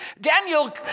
Daniel